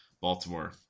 Baltimore